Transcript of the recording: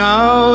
Now